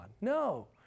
No